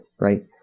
right